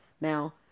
Now